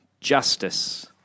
justice